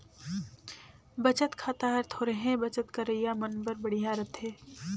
बचत खाता हर थोरहें बचत करइया मन बर बड़िहा रथे